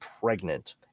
pregnant